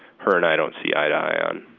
her and i don't see eye to eye on.